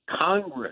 congress